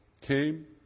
came